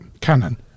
canon